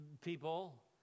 people